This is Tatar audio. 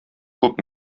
күп